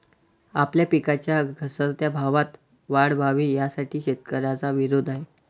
आपल्या पिकांच्या घसरत्या भावात वाढ व्हावी, यासाठी शेतकऱ्यांचा विरोध आहे